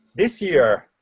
this year,